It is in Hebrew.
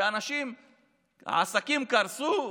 שעסקים קרסו,